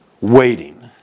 waiting